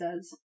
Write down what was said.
says